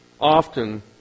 Often